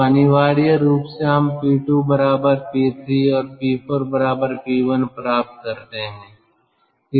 तो अनिवार्य रूप से हम P2 P3 और P4 P1 प्राप्त करते हैं